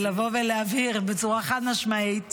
לבוא ולהעביר בצורה חד-משמעית,